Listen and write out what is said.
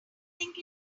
think